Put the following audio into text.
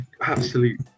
absolute